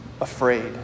afraid